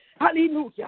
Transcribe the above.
Hallelujah